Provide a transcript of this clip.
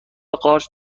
قارچ